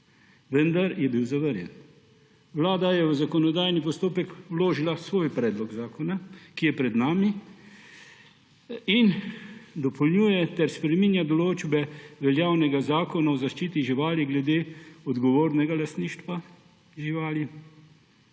vendar je bil zavrnjen. Vlada je v zakonodajni postopek vložila svoj predlog zakona, ki je pred nami in dopolnjuje ter spreminja določbe veljavnega Zakona o zaščiti živali glede odgovornega lastništva živali